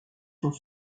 sont